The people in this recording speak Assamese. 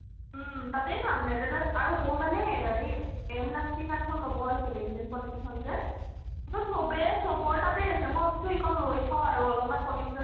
তাতেই যাম দে তাতে আৰু মোৰ মানে হেৰি এম লক্ষ্মীকান্তখন ল'ব আছিলে ইণ্ডিয়ান পলিটিখন যে সেইখন চবেই চবৰ তাতেই আছে মই ভাবিছোঁ এইখন লৈ থওঁ আৰু অলপমান পলিটিকেল চাইঞ্চ